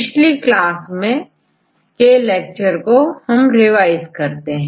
पिछली क्लास के लेक्चर को रिवाइज करते हैं